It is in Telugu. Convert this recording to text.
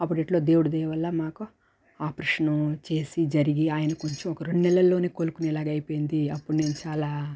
అప్పుడెట్లో దేవుడి దయ వల్ల మాకు ఆపరేషను చేసి జరిగి ఆయన కొంచెం ఒక రెండు నెలల్లోనే కోలుకునేలాగ అయిపోయింది అప్పుడు నేను చాలా